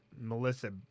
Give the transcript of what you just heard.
Melissa